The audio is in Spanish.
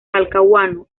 talcahuano